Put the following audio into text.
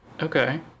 Okay